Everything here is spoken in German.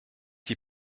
die